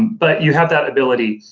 but, you have that ability.